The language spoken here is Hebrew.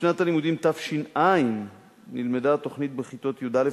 בשנת הלימודים תש"ע נלמדה התוכנית בכיתות י"א